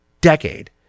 decade